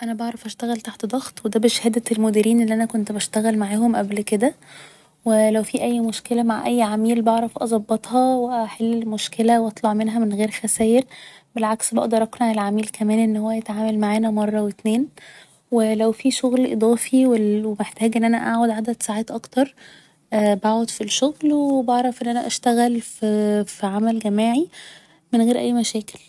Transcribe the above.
أنا بعرف اشتغل تحت ضغط و ده بشهادة المديرين اللي أنا كنت بشتغل معاهم قبل كده و لو في اي مشكلة مع اي عميل بعرف اظبطها و احل المشكلة و اطلع منها من غير خساير بالعكس بقدر اقنع العميل كمان انه هو يتعامل معانا مرة و اتنين و لو في شغل إضافي وال و بحتاج ان أنا اقعد عدد ساعات اكتر بقعد في الشغل و بعرف ان أنا اشتغل ف في عمل جماعي من غير اي مشاكل